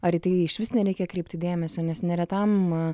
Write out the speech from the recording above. ar į tai išvis nereikia kreipti dėmesio nes neretam